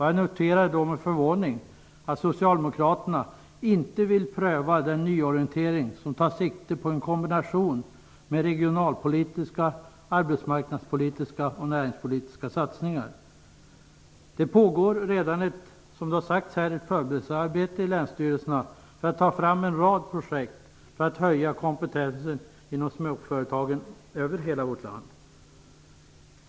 Jag noterar med förvåning att Socialdemokraterna inte vill pröva den nyorientering som tar sikte på en kombination av regionalpolitiska, arbetsmarknadspolitiska och näringspolitiska satsningar. Det pågår redan, som har sagts här, ett förberedelsearbete vid länsstyrelserna som syftar till att få fram en rad projekt för att höja kompetensen inom småföretagen över hela vårt land.